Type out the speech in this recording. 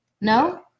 no